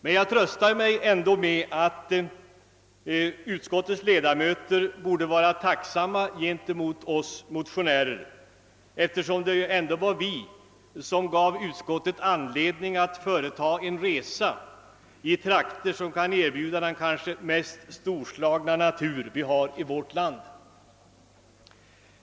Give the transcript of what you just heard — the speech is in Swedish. Men jag tröstar mig med att utskottets ledamöter borde vara tacksamma mot oss motionärer, eftersom det ändå var vi som gav utskottet anledning att företa en resa i trakter som kan erbjuda den kanske mest storslagna natur vi har i vårt land.